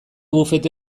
bufete